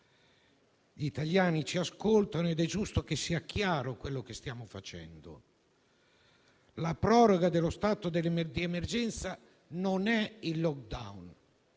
Gli italiani ci ascoltano ed è giusto che sia chiaro quello che stiamo facendo: la proroga dello stato di emergenza non è il *lockdown*,